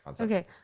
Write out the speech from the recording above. Okay